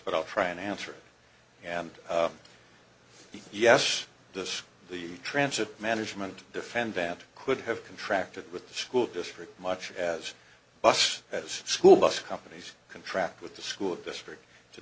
but i'll try and answer it and yes this the transit management defend that could have contract with the school district much as bus as school bus companies contract with the school district to